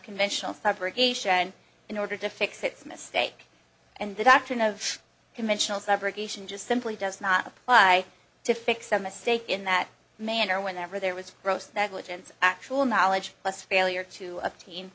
conventional subrogation in order to fix its mistake and the doctrine of conventional subrogation just simply does not apply to fix a mistake in that manner whenever there was gross negligence actual knowledge less failure to obtain